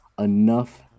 Enough